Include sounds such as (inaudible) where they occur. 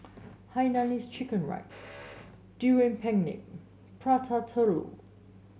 Hainanese Chicken Rice (noise) Durian Pengat Prata Telur